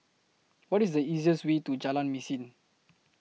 What IS The easiest Way to Jalan Mesin